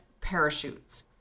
parachutes